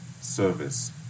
service